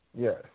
Yes